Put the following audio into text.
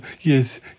yes